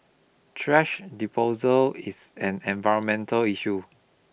thrash disposal is an environmental issue